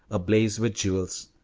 ablaze with jewels.